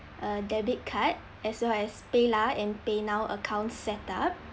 a debit card as well as paylah and paynow account set up